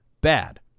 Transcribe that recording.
bad